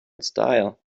style